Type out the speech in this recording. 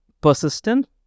persistent